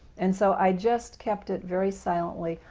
and so i just kept it very silently.